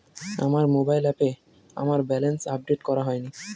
আমার মোবাইল অ্যাপে আমার ব্যালেন্স আপডেট করা হয়নি